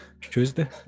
Tuesday